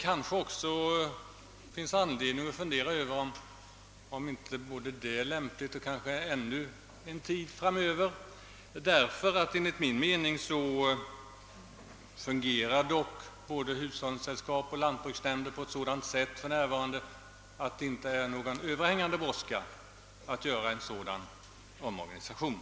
Kanske borde man också fundera litet över om det inte vore lämpligt att dröja ännu en liten tid ytterligare, ty enligt min mening fungerar ändå både hushållningssällskapen och lantbruksnämnderna för närvarande så att det inte är någon överhängande brådska med att göra en sådan omorganisation.